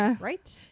right